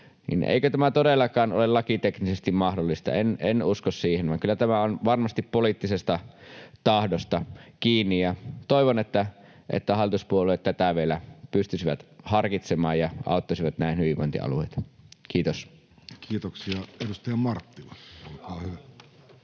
vuodella todellakaan ole lakiteknisesti mahdollista. En usko siihen, vaan kyllä tämä on varmasti poliittisesta tahdosta kiinni. Toivon, että hallituspuolueet tätä vielä pystyisivät harkitsemaan ja auttaisivat näin hyvinvointialueita. — Kiitos. [Speech 254] Speaker: